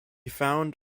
found